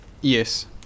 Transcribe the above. yes